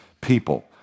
people